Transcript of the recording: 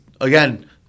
again